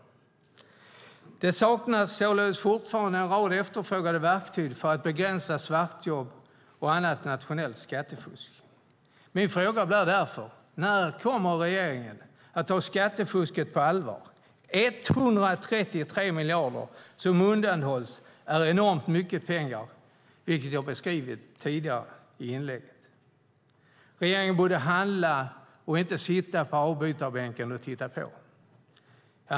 Det saknas således fortfarande en rad efterfrågade verktyg för att begränsa svartjobb och annat nationellt skattefusk. Min fråga blir därför: När kommer regeringen att ta skattefusket på allvar? 133 miljarder som undanhålls är enormt mycket pengar. Regeringen borde handla, inte sitta på avbytarbänken och titta på.